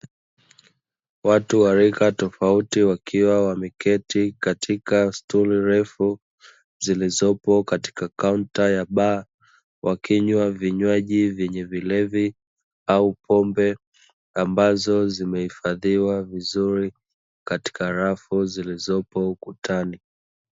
Watu wa rika tofauti wakiwa wameketi katika sturi refu zilizopo katika kaunta ya baa, wakinywa vinywaji vyenye vilevi au pombe ambazo zimeifadhiwa vizuri dkatika rafu zilizopo ukutani.